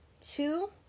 two